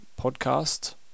podcast